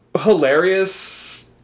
hilarious